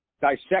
dissect